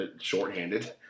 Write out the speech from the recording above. Shorthanded